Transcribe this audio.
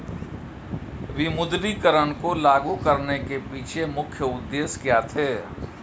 विमुद्रीकरण को लागू करने के पीछे मुख्य उद्देश्य क्या थे?